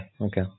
okay